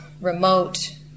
remote